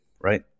right